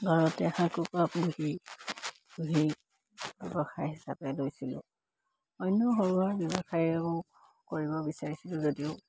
ঘৰতে হাঁহ কুকুৰা পুহি পুহি ব্যৱসায় হিচাপে লৈছিলোঁ অন্য সৰু সুৰা ব্যৱসায়ো কৰিব বিচাৰিছিলোঁ যদিও